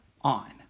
on